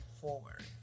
forward